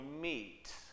meet